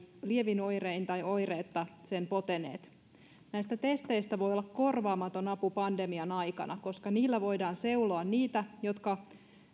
lievin oirein tai oireetta sen poteneet näistä testeistä voi olla korvaamaton apu pandemian aikana koska niillä voidaan seuloa niitä jotka